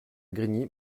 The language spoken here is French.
grigny